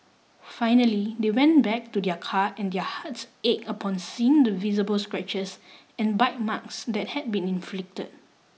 finally they went back to their car and their hearts ached upon seeing the visible scratches and bite marks that had been inflicted